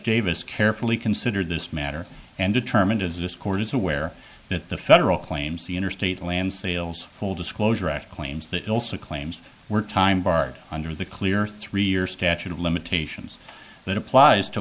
davis carefully considered this matter and determined as this court is aware that the federal claims the interstate land sales full disclosure act claims that also claims were time barred under the clear three year statute of limitations that applies to